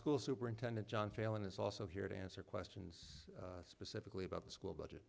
school superintendent john phailin is also here to answer questions specifically about the school budget